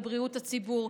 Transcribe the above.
לבריאות הציבור.